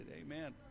Amen